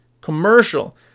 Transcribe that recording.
Commercial